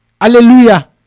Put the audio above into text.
Hallelujah